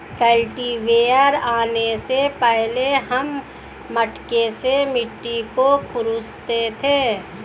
cultivator आने से पहले हम मटके से मिट्टी को खुरंचते थे